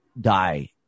die